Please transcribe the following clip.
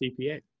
CPA